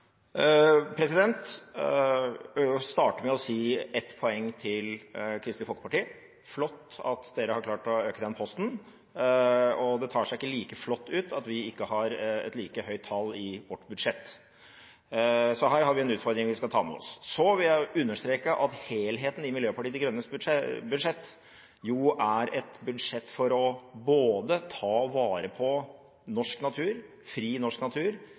Jeg vil starte med å si: Ett poeng til Kristelig Folkeparti – flott at Kristelig Folkeparti har klart å øke den posten! Det tar seg ikke like flott ut at vi ikke har et like høyt tall i vårt budsjett. Så her har vi en utfordring vi skal ta med oss. Så vil jeg understreke at helheten i Miljøpartiet De Grønnes budsjett jo går på at det er et budsjett for å ta vare på fri, norsk natur,